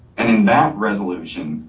and in that resolution